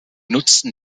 nutzten